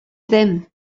ddim